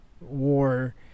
war